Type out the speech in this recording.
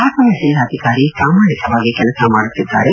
ಹಾಸನ ಜಿಲ್ಲಾಧಿಕಾರಿ ಪ್ರಾಮಾಣಿಕವಾಗಿ ಕೆಲಸ ಮಾಡುತ್ತಿದ್ದಾರೆ